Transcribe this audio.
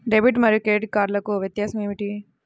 Debit మరియు credit కార్డ్లకు వ్యత్యాసమేమిటీ?